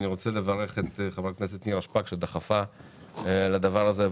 אני רוצה לברך את חברת הכנסת נירה שפק שדחפה לדבר הזה,